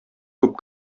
күп